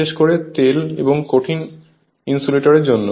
বিশেষ করে তেল এবং কঠিন ইনসুলেটর এর জন্য